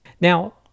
Now